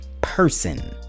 person